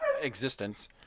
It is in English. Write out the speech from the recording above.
existence